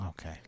Okay